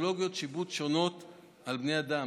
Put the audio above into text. טכנולוגיות שיבוט שונות על בני אדם.